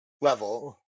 level